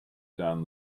down